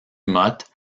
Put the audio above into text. motte